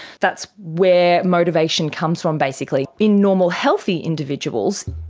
that's where motivation comes from basically. in normal healthy individuals,